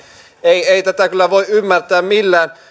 ei ei tätä kyllä voi ymmärtää millään